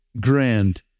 grand